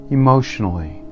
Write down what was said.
emotionally